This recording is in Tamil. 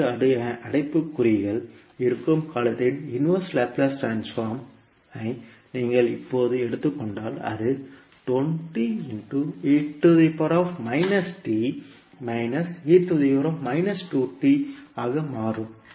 சதுர அடைப்புக்குறிக்குள் இருக்கும் காலத்தின் இன்வர்ஸ் லாப்லேஸ் ட்ரான்ஸ்போர்மை நீங்கள் இப்போது எடுத்துக் கொண்டால் அது ஆக மாறும்